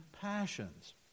passions